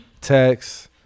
text